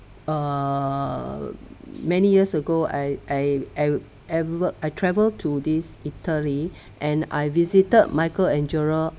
err many years ago I I I ever I travel to these italy and I visited michelangelo